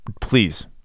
please